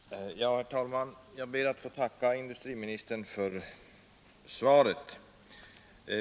Herr talman! Jag ber att få tacka industriministern för svaret.